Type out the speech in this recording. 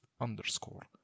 underscore